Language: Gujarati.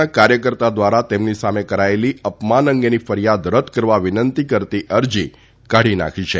ના કાર્યકર્તા દ્વારા તેમની સામે કરાયેલી અપમાન અંગેની ફરિયાદ રદ્દ કરવા વિનંતી કરતી અરજી કાઢી નાંખી છે